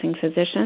physicians